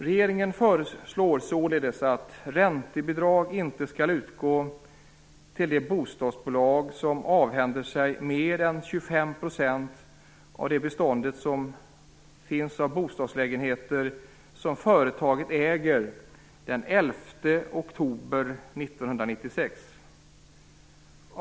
Regeringen föreslår således att räntebidrag inte skall utgå till de bostadsbolag som avhänder sig mer än 25 % av det bestånd av bostadslägenheter som företaget äger den 11 oktober 1996.